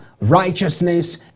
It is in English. righteousness